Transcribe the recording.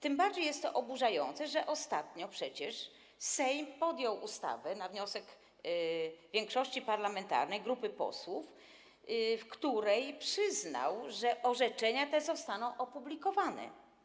Tym bardziej jest to oburzające, że ostatnio przecież Sejm podjął ustawę na wniosek większości parlamentarnej, grupy posłów, w której przyznał, że orzeczenia te zostaną opublikowane.